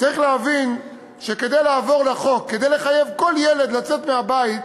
צריך להבין שכדי לחייב כל ילד לצאת מהבית,